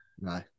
No